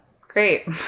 Great